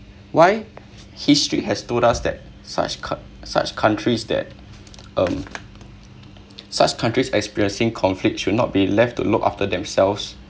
why history has told us that such cou~ such countries that um such countries experiencing conflict should not be left to look after themselves